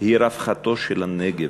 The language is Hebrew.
היא רווחתו של הנגב.